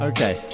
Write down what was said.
Okay